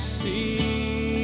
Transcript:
see